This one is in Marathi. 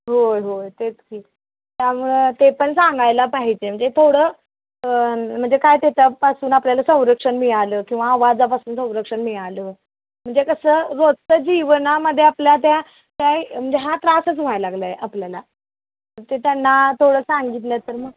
होय होय तेच की त्यामुळं ते पण सांगायला पाहिजे म्हणजे थोडं म्हणजे काय त्याच्यापासून आपल्याला संरक्षण मिळालं किंवा आवाजापासून संरक्षण मिळालं म्हणजे कसं रोजचं जीवनामध्ये आपल्या त्या काय म्हणजे हा त्रासच व्हायला लागला आहे आपल्याला ते त्यांना थोडं सांगितलं तर मग